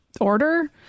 order